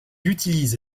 utilise